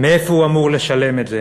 " מאיפה הוא אמור לשלם את זה?